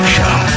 Show